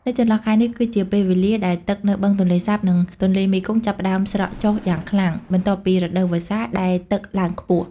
នៅចន្លោះខែនេះគឺជាពេលវេលាដែលទឹកនៅបឹងទន្លេសាប និងទន្លេមេគង្គចាប់ផ្តើមស្រកចុះយ៉ាងខ្លាំង បន្ទាប់ពីរដូវវស្សាដែលទឹកឡើងខ្ពស់។